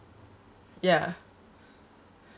ya